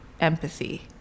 empathy